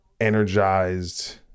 energized